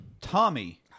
Tommy